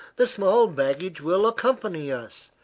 the small baggage will accompany us.